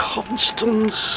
Constance